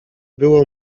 było